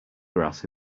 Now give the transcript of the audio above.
grass